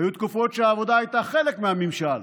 היו תקופות שהעבודה הייתה חלק מהממשל,